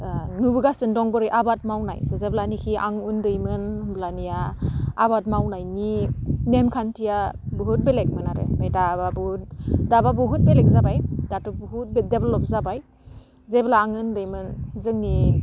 नुबोगासिनो दं बोरै आबाद मावनाय जेब्लानाखि आं उन्दैमोन होमबानिया आबाद मावनायनि नेमखान्थिया बुहुत बेलेगमोन आरो ओमफ्राय दाबा बुहुत दाबा बुहुत बेलेग जाबाय दाथ' बुहुत डेभ्लप जाबाय जेब्ला आं उन्दैमोन जोंनि